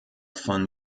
von